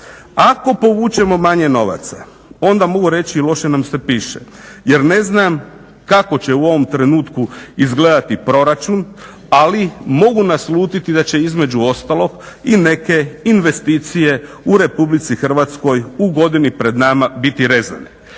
Ako povučemo manje novaca ona mogu reći loše nam se piše jer ne znam kako će u ovom trenutku izgledati proračun, ali mogu naslutiti da će između ostalog i neke investicije u Republici Hrvatskoj u godini pred nama biti rezane.